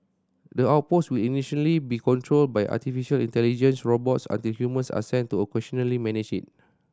the outpost will initially be controlled by artificial intelligence robots until humans are sent to occasionally manage it